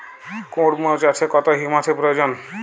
কুড়মো চাষে কত হিউমাসের প্রয়োজন?